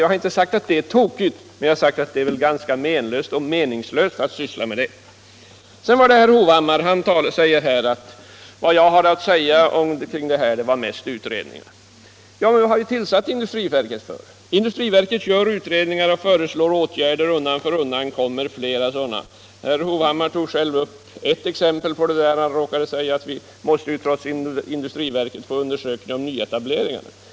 Jag har inte sagt att detta är tokigt, men jag har sagt att det är ganska menlöst och meningslöst att syssla med att göra sådana uttalanden. Herr Hovhammar anser att jag mest talat om utredningar. Ja, men vad har vi inrättat industriverket för? Industriverket gör utredningar och föreslår åtgärder — undan för undan kommer flera sådana. Herr Hovhammar tog själv ett exempel på det och råkade säga att vi ju trots att vi har industriverket måste få en undersökning gjord om nyetableringar.